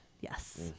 Yes